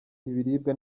ibiribwa